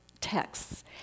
texts